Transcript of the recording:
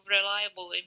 reliable